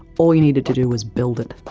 all you needed to do was build it.